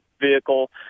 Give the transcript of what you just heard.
vehicle